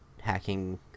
hacking